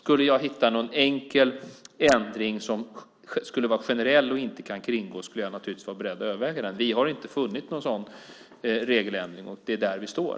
Om jag hittade en enkel ändring som var generell och inte kunde kringgås skulle jag naturligtvis vara beredd att överväga den. Vi har inte funnit någon sådan regeländring, och det är där vi står.